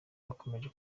bakomeje